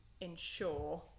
ensure